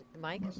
Mike